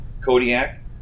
Kodiak